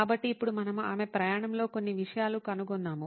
కాబట్టి ఇప్పుడు మనము ఆమె ప్రయాణంలో కొన్ని విషయాలు కనుగొన్నాము